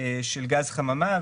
של גז חממה,